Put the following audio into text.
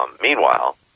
Meanwhile